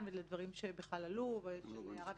רבני ולדברים שבכלל עלו ולדברים של הרב